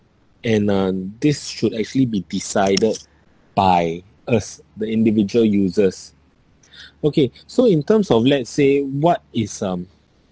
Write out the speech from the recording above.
and uh this should actually be decided by us the individual users okay so in terms of let's say what is um